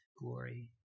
glory